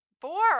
Four